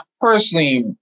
personally